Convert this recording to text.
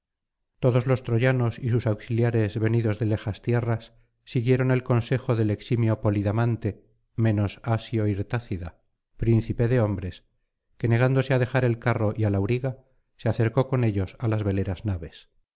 todos los troyanos y sus auxiliares venidos de lejas tierras siguieron el consejo del eximio polidamante menos asió hirtácida príncipe de hombres que negándose á dejar el carro y al auriga se acercó con ellos á las veleras naves